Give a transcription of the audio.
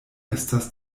estas